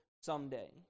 someday